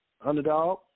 Underdog